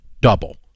Double